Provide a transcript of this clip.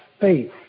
faith